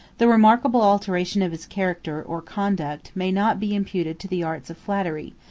the remarkable alteration of his character or conduct may not be imputed to the arts of flattery,